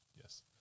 Yes